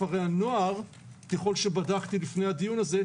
כפרי הנוער ככל שבדקתי לפני הדיון הזה,